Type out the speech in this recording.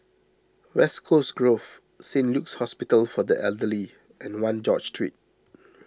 West Coast Grove Saint Luke's Hospital for the Elderly and one George Street